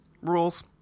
rules